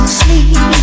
sleep